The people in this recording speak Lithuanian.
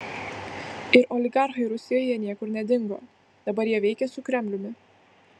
ir oligarchai rusijoje niekur nedingo dabar jie veikia su kremliumi